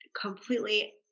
completely